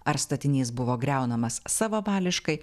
ar statinys buvo griaunamas savavališkai